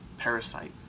parasite